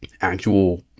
actual